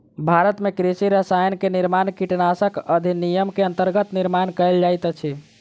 भारत में कृषि रसायन के निर्माण कीटनाशक अधिनियम के अंतर्गत निर्माण कएल जाइत अछि